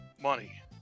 money